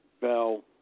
Bell